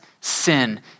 sin